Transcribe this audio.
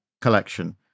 collection